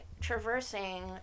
traversing